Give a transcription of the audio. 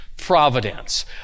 providence